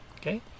okay